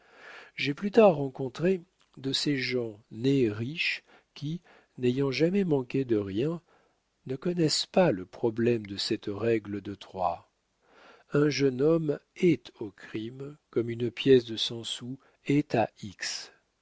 j'ai plus tard rencontré de ces gens nés riches qui n'ayant jamais manqué de rien ne connaissent pas le problème de cette règle de trois un jeune homme est au crime comme une pièce de cent sous est à x